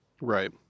Right